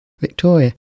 Victoria